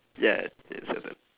yeah it's your turn